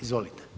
Izvolite.